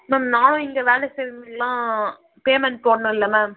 ma'am நானும் இங்கே வேலை செய்கிறவங்களுக்குலாம் பேமெண்ட் போடணும்ல மேம்